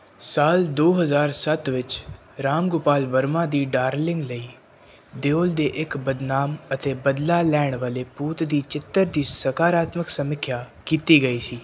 ਸਾਲ ਦੋ ਹਜ਼ਾਰ ਸੱਤ ਵਿੱਚ ਰਾਮ ਗੋਪਾਲ ਵਰਮਾ ਦੀ ਡਾਰਲਿੰਗ ਲਈ ਦਿਓਲ ਦੇ ਇੱਕ ਬਦਨਾਮ ਅਤੇ ਬਦਲਾ ਲੈਣ ਵਾਲੇ ਭੂਤ ਦੇ ਚਿੱਤਰ ਦੀ ਸਕਾਰਾਤਮਕ ਸਮੀਖਿਆ ਕੀਤੀ ਗਈ ਸੀ